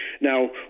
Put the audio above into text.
Now